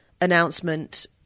announcement